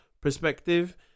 perspective